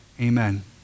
amen